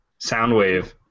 Soundwave